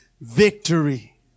victory